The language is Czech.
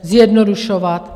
Zjednodušovat.